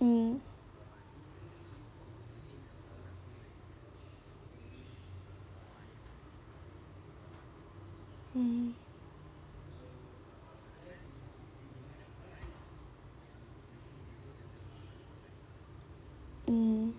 mm mm mm